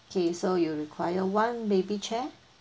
okay so you require one baby chair